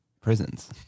prisons